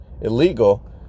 illegal